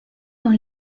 dans